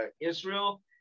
israel